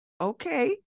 okay